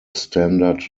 standard